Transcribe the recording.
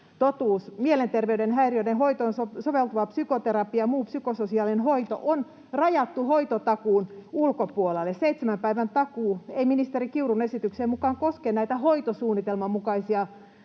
totuus. Mielenterveyden häiriöiden hoitoon soveltuva psykoterapia ja muu psykososiaalinen hoito on rajattu hoitotakuun ulkopuolelle. Seitsemän päivän takuu ei ministeri Kiurun esityksen mukaan koske näitä hoitosuunnitelman mukaisia